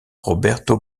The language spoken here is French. roberto